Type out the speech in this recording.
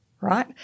right